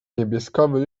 niebieskawe